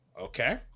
Okay